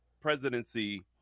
presidency